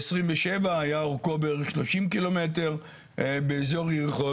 ב-27 היה אורכו בערך 30 ק"מ באזור יריחו.